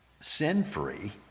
sin-free